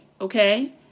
okay